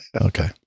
Okay